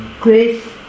grace